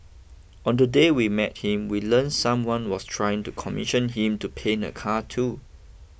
on the day we met him we learnt someone was trying to commission him to paint a car too